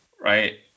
Right